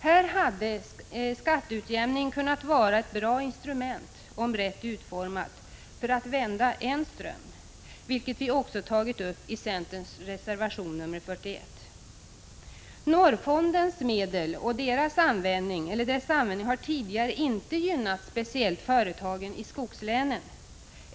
Här hade skatteutjämning kunnat vara ett bra instrument, om det varit rätt utformat, för att vända en ström, vilket vi också har tagit upp i centerns reservation nr 41. Norrfondens medel och deras användning har tidigare inte gynnat företagen i skogslänen speciellt.